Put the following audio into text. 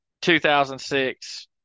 2006